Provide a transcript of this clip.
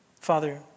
Father